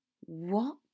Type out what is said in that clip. What